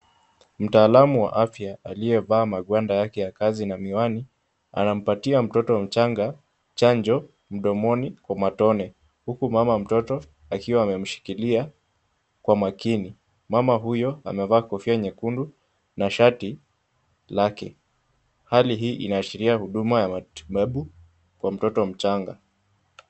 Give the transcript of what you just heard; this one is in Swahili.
Mtaalamu wa afya aliyevaa magwanda yake ya kazi na miwani anampatia mtoto mchanga chanjo mdomoni kwa matone huku mama mtoto akiwa amemshikilia kwa makini. Mama huyo amevaa kofia nyekundu na shati lake, hali hii inaashiria huduma ya matibabu kwa mtoto mchanga.